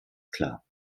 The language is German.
klar